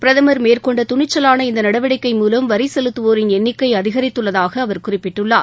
பிரதமர் மேற்கொண்ட துணிச்சலான இந்த நடவடிக்கை மூலம் வரிச்செலுத்தவோரின் எண்ணிக்கை அதிகரித்துள்ளதாக அவர் குறிப்பிட்டுள்ளார்